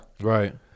Right